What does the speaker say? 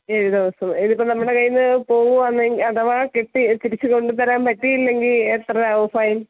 ഏഴ് ദിവസമോ ഇതിപ്പം നമ്മുടെ കയ്യിൽ നിന്ന് പോവുവാണെങ്കിൽ അഥവാ കിട്ടി തിരിച്ച് കൊണ്ടുത്തരാൻ പറ്റിയില്ലെങ്കിൽ എത്രയാവും ഫൈൻ